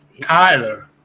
Tyler